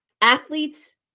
Athletes